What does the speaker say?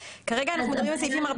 כרגע אנחנו מדברים על סעיפים 14,